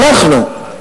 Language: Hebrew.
אנחנו,